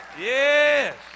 Yes